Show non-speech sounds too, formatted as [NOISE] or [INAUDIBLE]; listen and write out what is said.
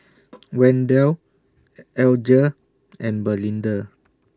[NOISE] Wendell Alger and Belinda